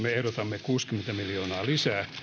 me ehdotamme kuusikymmentä miljoonaa lisää